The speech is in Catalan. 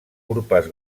urpes